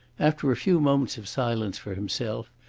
after a few moments of silence for himself,